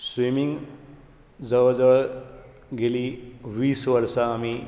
swimming जवळ जवळ गेली वीस वर्सा आमी